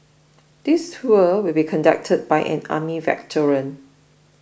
this tour will be conducted by an army veteran